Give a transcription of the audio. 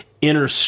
inner